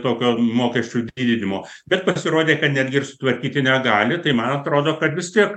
tokio mokesčių didinimo bet pasirodė kad netgi ir sutvarkyti negali tai man atrodo kad vis tiek